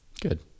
Good